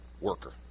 worker